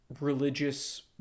religious